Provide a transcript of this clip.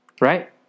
right